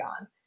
on